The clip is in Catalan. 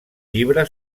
llibre